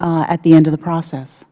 at the end of the process